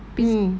mm